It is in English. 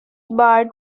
barred